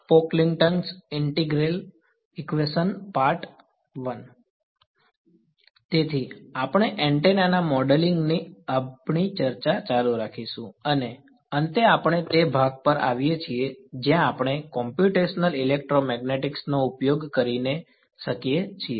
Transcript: બરાબર તેથી આપણે એન્ટેના ના મોડેલિંગ ની આપણી ચર્ચા ચાલુ રાખીશું અને અંતે આપણે તે ભાગ પર આવીએ છીએ જ્યાં આપણે કોમ્પ્યુટેશનલ ઇલેક્ટ્રોમેગ્નેટિકસ નો યોગ્ય ઉપયોગ કરી શકીએ છીએ